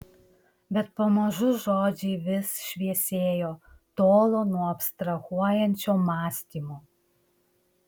bet pamažu žodžiai vis šviesėjo tolo nuo abstrahuojančio mąstymo